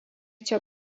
čia